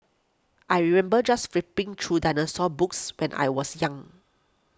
I remember just flipping through dinosaur books when I was young